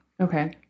Okay